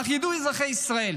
אך ידעו אזרחי ישראל